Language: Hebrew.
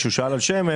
שאמר: שמן,